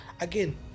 again